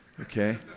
Okay